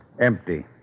Empty